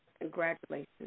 Congratulations